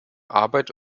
arbeit